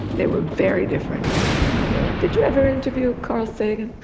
they were very different from one another, did you ever interview carl sagan?